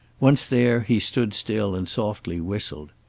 once there, he stood still and softly whistled.